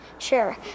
Sure